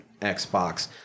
Xbox